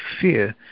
fear